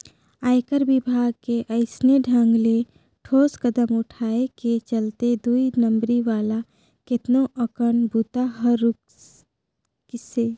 आयकर विभाग के अइसने ढंग ले ठोस कदम उठाय के चलते दुई नंबरी वाला केतनो अकन बूता हर रूकिसे